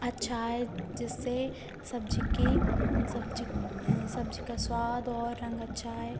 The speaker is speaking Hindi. अच्छा आए जिससे सब्ज़ी की सब्ज़ी सब्ज़ी का स्वाद और रंग अच्छा आए